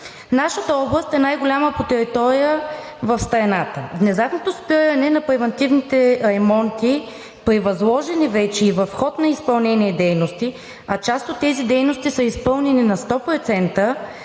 Нашата област е най-голяма по територия в страната. Внезапното спиране на превантивните ремонти при възложени вече и в ход на изпълнение дейности, а част от тези дейности са изпълнени на 100%,